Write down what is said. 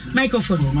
microphone